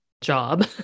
job